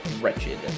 wretched